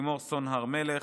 לימור סון הר מלך,